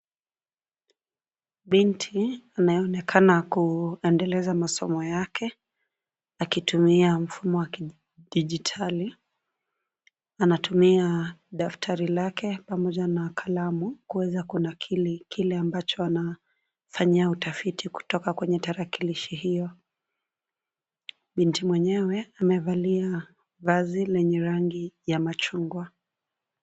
Binti anayeonekana kuendeleza masomo yake akitumia mfumo wa kidijitali. Anataumia daftari lake pamoja na kalamu kuweza kunakiri kile ambacho anafanyia utafiti kutoka kwenye tarakilishi hiyo. Binti mwenyewe amevalia vazi lenye rangi ya machungwa.